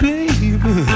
Baby